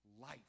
life